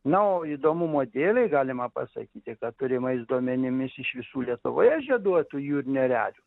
na o įdomumo dėlei galima pasakyti kad turimais duomenimis iš visų lietuvoje žieduotų jūrinių erelių